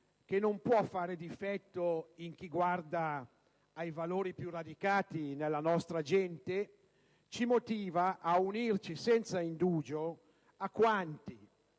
che non può fare difetto in chi guarda ai valori più radicati nella nostra gente ci motiva a unirci senza indugio a quanti,